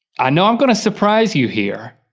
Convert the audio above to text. i know i'm gonna surprise you here.